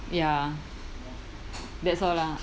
ya that's all lah